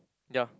ya